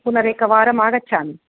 पुनरेकवारम् आगच्छामि